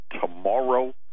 tomorrow